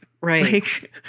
Right